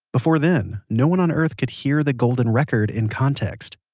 before then, no one on earth could hear the golden record in context.